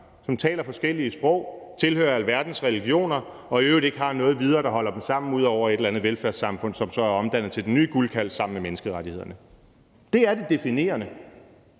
som taler forskellige sprog, tilhører alverdens religioner og i øvrigt ikke har noget videre, der holder dem sammen, ud over et eller andet velfærdssamfund, som så er omdannet til den nye guldkalv sammen med menneskerettighederne. Det er det definerende.